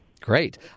Great